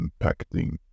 impacting